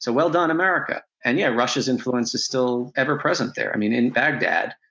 so well done america. and yeah, russia's influence is still ever-present there. i mean in baghdad,